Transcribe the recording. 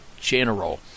general